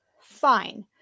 Fine